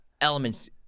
elements